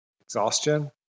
exhaustion